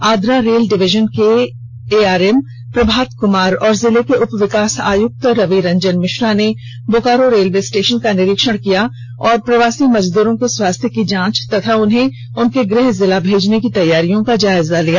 Adra rail division के A R M Prabhat Kumar और जिले के उपविकास आयुक्त रवि रंजन मिश्रा ने बोकारो रेलवे स्टेशन का निरीक्षण किया और प्रवासी मजदूरों के स्वास्थ्य की जांच और उन्हें उनके गृह जिला भेजने की तैयारियों का जायजा लिया